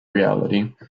reality